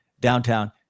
Downtown